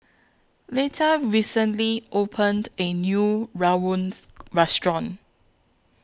Leta recently opened A New Rawon Restaurant